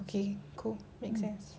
okay cool make sense